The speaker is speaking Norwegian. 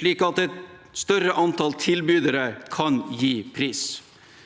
slik at et større antall tilbydere kan gi pris.